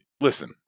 listen